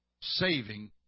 saving